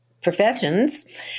professions